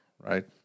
right